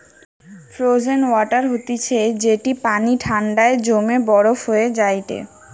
frozen water হতিছে যেটি পানি ঠান্ডায় জমে বরফ হয়ে যায়টে